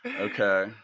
Okay